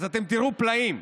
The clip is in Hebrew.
אז אתם תראו פלאים.